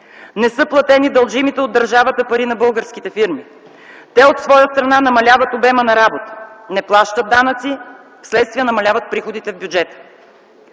Не са платени дължимите от държавата пари на българските фирми. Те от своя страна намаляват обема на работа: не плащат данъци, вследствие намаляват приходите в бюджета;